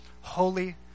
holy